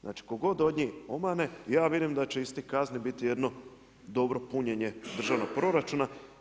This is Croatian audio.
Znači tko god od njih omane, ja vjerujem da će istih kazni biti jedno dobro punjenje državnog proračuna.